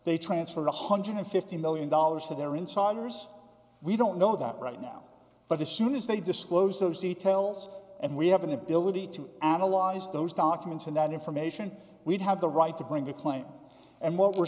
they transferred one hundred fifty million dollars to their insiders we don't know that right now but as soon as they disclose those details and we have an ability to analyze those documents and that information we'd have the right to bring a claim and what we're